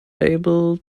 able